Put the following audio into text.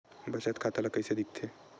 बचत खाता ला कइसे दिखथे?